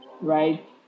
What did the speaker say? right